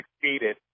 succeeded